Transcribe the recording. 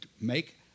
make